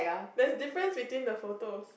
there's difference between the photos